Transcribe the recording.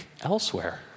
elsewhere